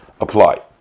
apply